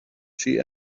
she